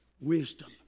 Wisdom